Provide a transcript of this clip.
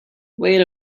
wait